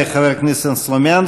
תודה לחבר הכנסת ניסן סלומינסקי.